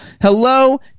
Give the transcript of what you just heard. hello